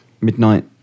midnight